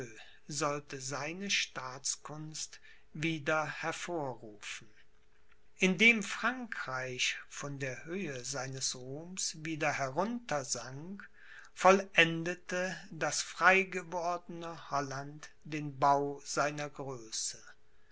sollte seine staatskunst wieder hervorrufen indem frankreich von der höhe seines ruhms wieder heruntersank vollendete das freigewordene holland den bau seiner größe